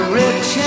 rich